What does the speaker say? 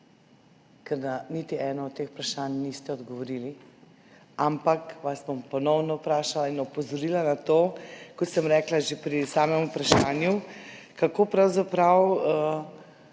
ker na niti eno od teh vprašanj niste odgovorili, ampak vas bom ponovno vprašala in opozorila na to, kot sem rekla že pri samem vprašanju, kako pravzaprav